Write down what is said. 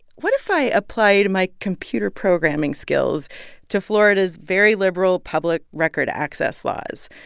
what if i applied my computer programming skills to florida's very liberal public record access laws?